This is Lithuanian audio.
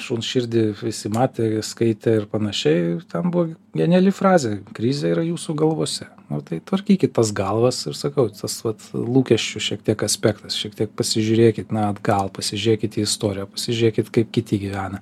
šuns širdį visi matė skaitė ir panašiai ten buvo geniali frazė krizė yra jūsų galvose no tai tvarkykit tas galvas ir sakau tas vat lūkesčių šiek tiek aspektas šiek tiek pasižiūrėkit na atgal pasižiūrėkit į istoriją pasižiūrėkit kaip kiti gyvena